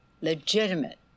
legitimate